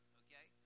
okay